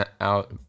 out